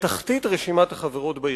בתחתית רשימת החברות בארגון.